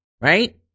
right